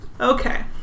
Okay